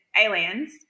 Aliens